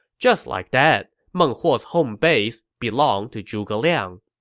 just like that, meng huo's home base belonged to zhuge liang